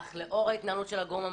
אך לאור ההתנהלות של הגורמים המעורבים,